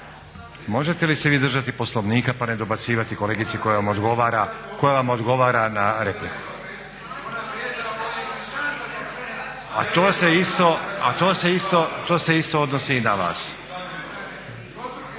možete li se vi držati Poslovnika pa ne dobacivati kolegici koja vam odgovara na repliku? …/Govornici govore u glas,